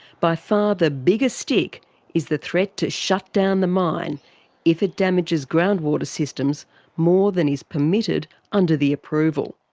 by far the biggest stick is the threat to shut down the mine if it damages groundwater systems more than is permitted under the approval.